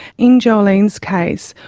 in jolene's case,